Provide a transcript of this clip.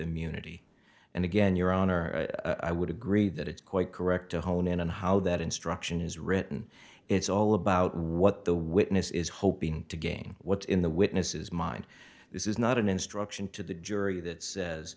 immunity and again your honor i would agree that it's quite correct to hone in on how that instruction is written it's all about what the witness is hoping to gain what in the witnesses mind this is not an instruction to the jury that says